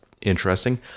interesting